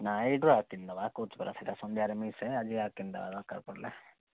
ନାହିଁ ଏଇଠୁ କିଣିଦେବା କହୁଛି ପରା ସେଇଟା ସନ୍ଧ୍ୟାରେ ମିଶେ ଆଜି କିଣିଦେବା ଦରକାର ପଡ଼ିଲେ